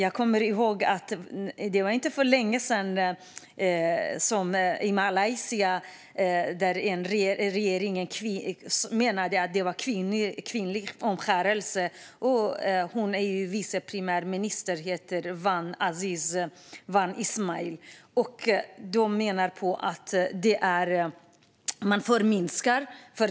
Det var inte länge sedan som en kvinna i regeringen i Malaysia, vice premiärminister Wan Azizah Wan Ismail, menade att det är kvinnlig omskärelse.